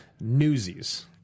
Newsies